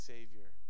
Savior